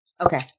Okay